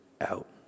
out